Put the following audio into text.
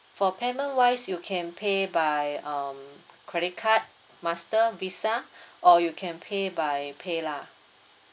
for payment wise you can pay by um credit card master visa or you can pay by paylah